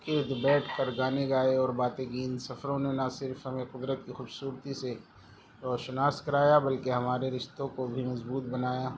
گرد بیٹھ کر گانے گائے اور باتیں کیں ان سفروں نے نہ صرف ہمیں قدرت کی خوبصورتی سے روشناس کرایا بلکہ ہمارے رشتوں کو بھی مضبوط بنایا